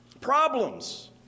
problems